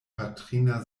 patrina